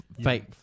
fake